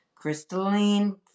crystalline